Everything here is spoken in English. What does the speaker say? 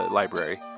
library